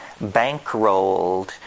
bankrolled